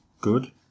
Good